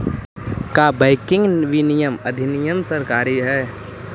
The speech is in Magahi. का बैंकिंग विनियमन अधिनियम सरकारी हई?